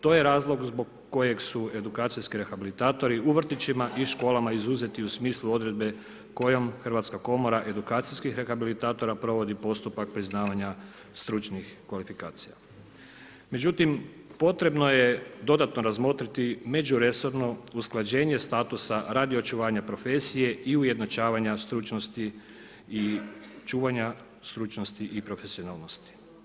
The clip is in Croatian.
To je razlog zbog kojeg su edukacijski rehabilitatori u vrtićima i školama izuzeti u smislu odredbe kojom Hrvatska komora edukacijskih rehabilitatora provodi postupak priznavanja stručnih kvalifikacija Međutim, potrebno je dodatno razmotriti međuresorno usklađenje statusa radi očuvanja profesije i ujednačavanja stručnosti i čuvanja stručnosti i profesionalnosti.